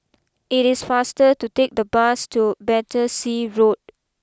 it is faster to take the bus to Battersea Road